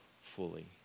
fully